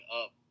up